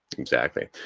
exactly.